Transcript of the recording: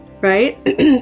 right